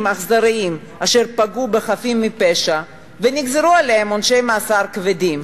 אכזריים אשר פגעו בחפים מפשע ונגזרו עליהם עונשי מאסר כבדים,